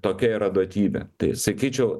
tokia yra duotybė tai sakyčiau